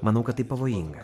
manau kad tai pavojinga